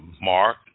Mark